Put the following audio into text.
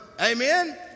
amen